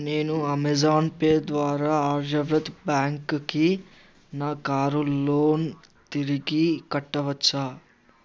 నేను Amazon Pay ద్వారా ఆర్యవ్రత్ బ్యాంక్కి నా కారు లోన్ తిరిగి కట్టవచ్చా